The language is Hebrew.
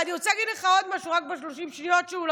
אני רוצה להגיד עוד משהו ב-30 השניות שהוא לקח.